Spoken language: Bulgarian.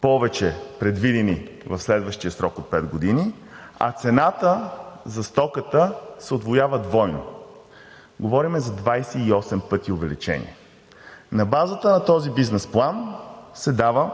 повече, предвидени в следващия срок от пет години, а цената за стоката се удвоява двойно. Говорим за 28 пъти увеличение. На базата на този бизнес план се дават